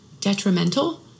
detrimental